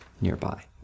nearby